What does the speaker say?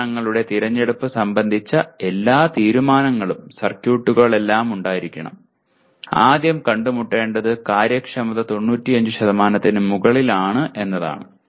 ഉപകരണങ്ങളുടെ തിരഞ്ഞെടുപ്പ് സംബന്ധിച്ച എല്ലാ തീരുമാനങ്ങളും സർക്യൂട്ടുകൾ എല്ലാം ഉണ്ടായിരിക്കണം ആദ്യം കണ്ടുമുട്ടേണ്ടത് കാര്യക്ഷമത 95 ന് മുകളിലാണ് എന്നതാണ്